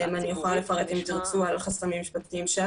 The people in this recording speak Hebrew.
אני יכולה לפרט אם תרצו על החסמים שעלו,